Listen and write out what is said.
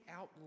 out